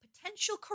potential